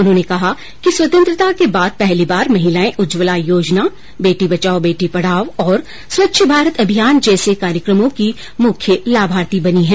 उन्होंने कहा कि स्वतंत्रता के बाद पहली बार महिलायें उज्ज्वला योजना बेटी बचाओ बेटी पढ़ाओ और स्वच्छ भारत अभियान जैसे कार्यक्रमों की मुख्य लाभार्थी बनी हैं